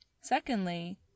Secondly